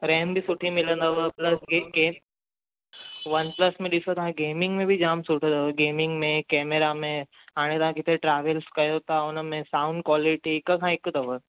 RAM बि सुठी मिलंदव प्लस गे गेम वन प्लस में ॾिसो तव्हां खे गेमिंग में बि जामु सुठो अथव गेमिंग में कैमरा में हाणे तव्हां किथे ट्रैवल्स कयो था हुन में साउंड क्वालिटी हिक खां हिकु अथव